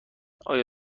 آیا